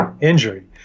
injury